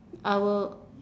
I will